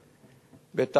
גרשיים, התכוונת במירכאות?